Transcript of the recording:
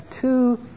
two